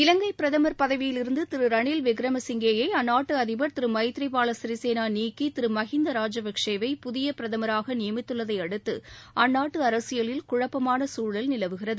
இலங்கை பிரதம் பதவியிலிருந்து திரு ரணில் விக்ரமசிங்கே யை அந்நாட்டு அதிபர் திரு ஸமதிரி பால சிறிசேனா நீக்கி திரு மகிந்தா ராஜபக்சேவை புதிய பிரதமராக நியமித்துள்ளதை அடுத்து அந்நாட்டு அரசியலில் குழப்பமான சூழல் நிலவுகிறது